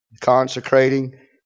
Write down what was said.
Consecrating